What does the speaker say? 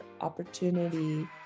opportunity